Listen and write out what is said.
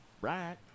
Right